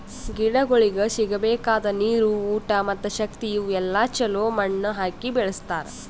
ಗಿಡಗೊಳಿಗ್ ಸಿಗಬೇಕಾದ ನೀರು, ಊಟ ಮತ್ತ ಶಕ್ತಿ ಇವು ಎಲ್ಲಾ ಛಲೋ ಮಣ್ಣು ಹಾಕಿ ಬೆಳಸ್ತಾರ್